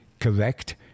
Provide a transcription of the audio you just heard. correct